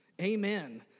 Amen